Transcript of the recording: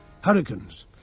Hurricanes